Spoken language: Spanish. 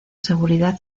seguridad